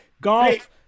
Golf